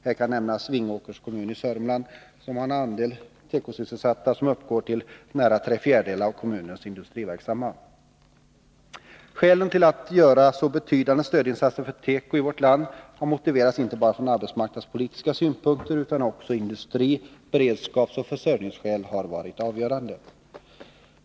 Här kan nämnas Vingåkers kommun i Sörmland, som har en andel tekosysselsatta som uppgår till nära tre fjärdedelar av kommunens industriverksamma. Skälen till att göra så betydande stödinsatser för tekoindustrin i vårt land har motiverats inte bara från arbetsmarknadspolitiska synpunkter utan också industri-, beredskapsoch försörjningsskäl har varit avgörande.